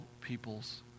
peoples